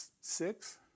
six